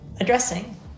addressing